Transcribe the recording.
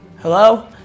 hello